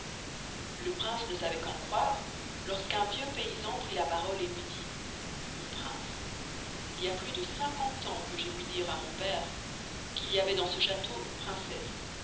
le prince ne sçavoit qu'en croire lors qu'un vieux paysan prit la parole et luy dit mon prince il y a plus de cinquante ans que j'ay ouï dire à mon pere qu'il y avoit dans ce chasteau une princesse